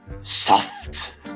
Soft